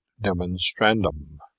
Demonstrandum